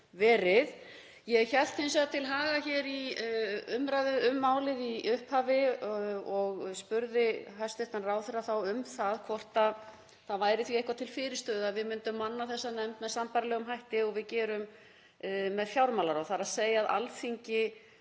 verið. Ég hélt því hins vegar til haga í umræðu um málið í upphafi og spurði hæstv. ráðherra þá um það hvort það væri því eitthvað til fyrirstöðu að við myndum manna þessa nefnd með sambærilegum hætti og við gerum með fjármálaráð, þ.e. að Alþingi